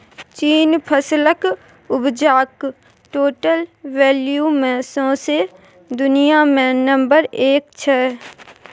चीन फसलक उपजाक टोटल वैल्यू मे सौंसे दुनियाँ मे नंबर एक छै